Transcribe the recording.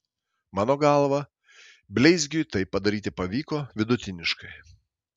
mano galva bleizgiui tai padaryti pavyko vidutiniškai